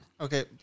Okay